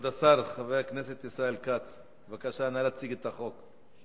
חבר הכנסת ישראל כץ, בבקשה, נא להציג את החוק.